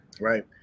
Right